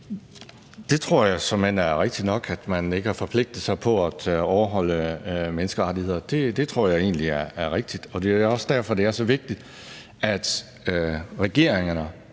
Det tror jeg såmænd er rigtigt nok, altså at man ikke har forpligtet sig på at overholde menneskerettigheder. Det tror jeg egentlig er rigtigt. Og det er også derfor, det er så vigtigt, at regeringen,